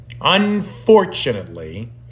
Unfortunately